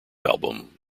album